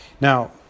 Now